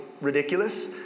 ridiculous